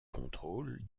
contrôle